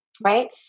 right